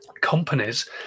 companies